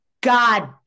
God